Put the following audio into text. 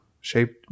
shaped